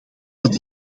wat